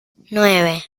nueve